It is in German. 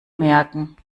merken